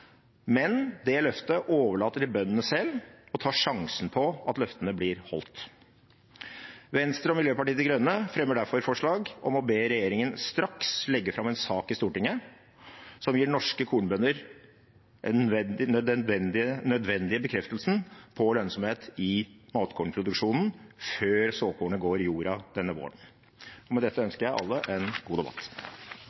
men overlater til bøndene selv å ta sjansen på at løftene blir holdt. Venstre og Miljøpartiet De Grønne fremmer derfor forslag om å be regjeringen straks legge fram en sak i Stortinget som gir norske kornbønder den nødvendige bekreftelsen på lønnsomhet i matkornproduksjonen før såkornet går i jorda denne våren. Med dette